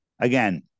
again